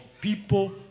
people